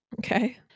Okay